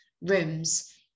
rooms